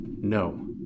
No